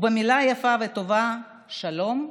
ובמילה יפה וטובה, "שלום",